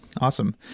awesome